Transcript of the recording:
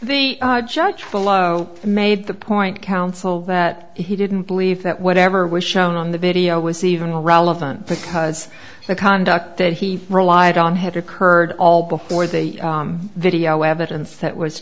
the judge below made the point counsel that he didn't believe that whatever was shown on the video was even relevant because the conduct that he relied on had occurred all before the video evidence that was